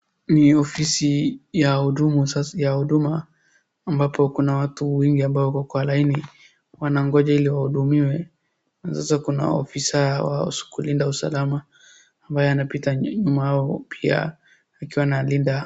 Ni ofisi ya huduma ambapo kuna watu wengi ambao wako kwa laini, wanaongoja ili wahuudumiwe, sasa kuna ofisa wa kulinda usalama ambaye anapita nyuma yao pia akiwa analinda.